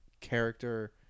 character